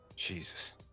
Jesus